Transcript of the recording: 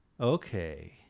okay